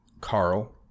Carl